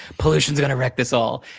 pollution's gonna wreck this all.